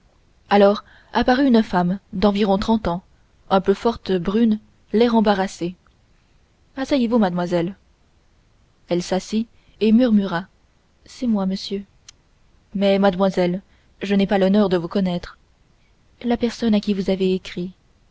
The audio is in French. alors apparut une femme d'environ trente ans un peu forte brune l'air embarrassée asseyez-vous mademoiselle elle s'assit et murmura c'est moi monsieur mais mademoiselle je n'ai pas l'honneur de vous connaître la personne à qui vous avez écrit